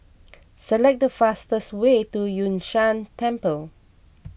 select the fastest way to Yun Shan Temple